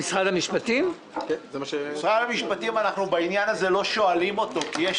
אנחנו לא שואלים את משרד המשפטים בעניין הזה כי יש